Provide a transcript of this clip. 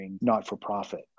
not-for-profit